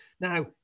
now